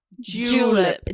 Julep